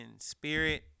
spirit